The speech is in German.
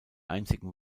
einzigen